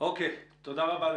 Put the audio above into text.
תודה רבה.